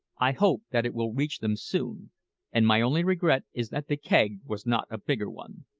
i hope that it will reach them soon and my only regret is that the keg was not a bigger one.